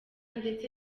ndetse